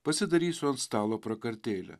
pasidarysiu ant stalo prakartėlę